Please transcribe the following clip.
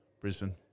Brisbane